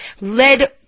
led